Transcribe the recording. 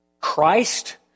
Christ